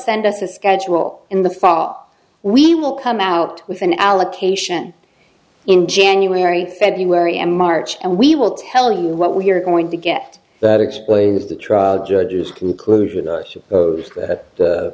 send us a schedule in the fall we will come out with an allocation in january february and march and we will tell you what we are going to get that explains the trial judge's conclusion i suppose t